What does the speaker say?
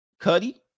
Cuddy